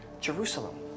Jerusalem